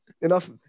Enough